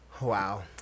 wow